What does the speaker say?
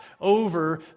over